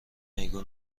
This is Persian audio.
میگو